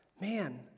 man